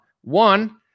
One